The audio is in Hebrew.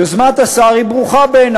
יוזמת השר ברוכה בעיני,